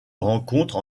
rencontre